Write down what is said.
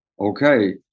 okay